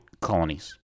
colonies